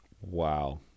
Wow